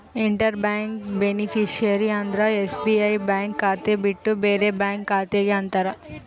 inter bank beneficiary ಅಂದ್ರ SBI bank ಖಾತೆ ಬಿಟ್ಟು ಬೇರೆ ಬ್ಯಾಂಕ್ ಖಾತೆ ಗೆ ಅಂತಾರ